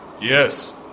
Yes